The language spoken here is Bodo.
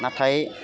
नाथाय